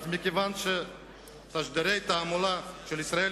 אך מכיוון שתשדירי התעמולה של ישראל